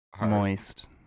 moist